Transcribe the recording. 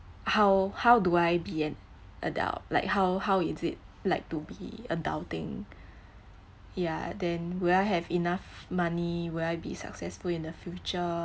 how how do I be an adult like how how is it like to be adulting ya then will I have enough money will I be successful in the future